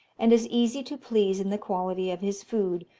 and is easy to please in the quality of his food,